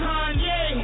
Kanye